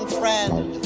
friend